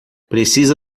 precisa